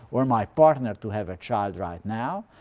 or my partner, to have a child right now,